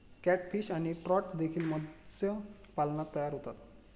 catfish आणि trout देखील मत्स्यपालनात तयार होतात